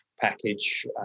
package